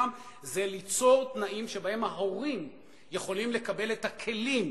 זה ליצור תנאים שבהם ההורים יכולים לקבל את הכלים,